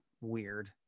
weird